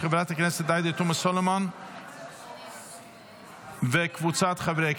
של חברת הכנסת עאידה תומא סלימאן וקבוצת חברי הכנסת.